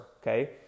okay